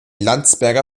landsberger